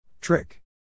Trick